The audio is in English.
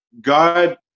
god